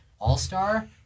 all-star